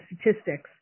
statistics